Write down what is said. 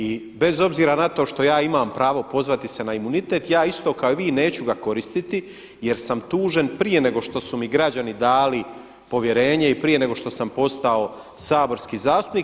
I bez obzira na to što ja imam pravo pozvati se na imunitet, ja isto kao i vi neću ga koristiti jer sam tužen prije nego što su mi građani dali povjerenje i prije nego što sam postao saborski zastupnik.